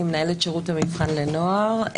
אני מנהלת שירות המבחן לנוער.